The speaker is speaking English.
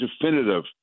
definitive